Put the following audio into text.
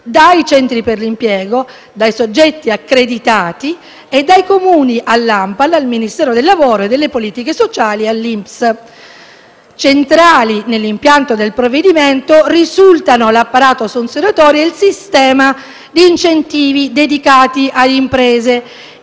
dai centri per l'impiego, dai soggetti accreditati e dai Comuni all'ANPAL, al Ministero del lavoro e delle politiche sociali e all'INPS. Centrali nell'impianto del provvedimento risultano l'apparato sanzionatorio e il sistema di incentivi dedicati a imprese,